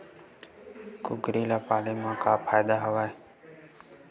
कुकरी ल पाले म का फ़ायदा हवय?